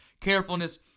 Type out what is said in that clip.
carefulness